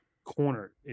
Corner